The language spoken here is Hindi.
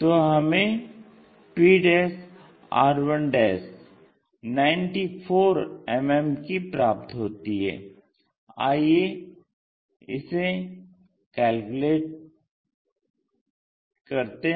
तो हमें p r 1 94 मिमी की प्राप्त होती है आइये इसे कैलकुलेट हैं